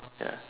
ya